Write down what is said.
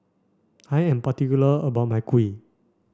I am particular about my Kuih